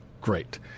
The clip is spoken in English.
great